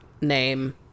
name